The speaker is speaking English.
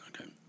okay